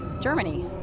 Germany